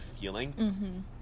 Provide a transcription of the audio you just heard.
feeling